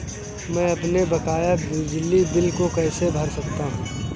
मैं अपने बकाया बिजली बिल को कैसे भर सकता हूँ?